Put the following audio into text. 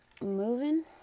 moving